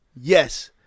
Yes